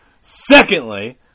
Secondly